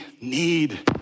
need